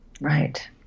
Right